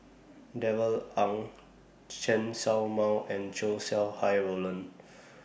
Darrell Ang Chen Show Mao and Chow Sau Hai Roland